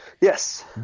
yes